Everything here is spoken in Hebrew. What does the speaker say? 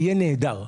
יהיה נהדר.